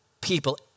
people